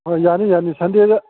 ꯑꯥ ꯌꯥꯅꯤ ꯌꯥꯅꯤ ꯁꯟꯗꯦꯗ